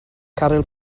caryl